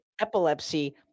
epilepsy